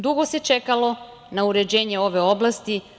Dugo se čekalo na uređenje ove oblasti.